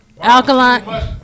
alkaline